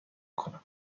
کنم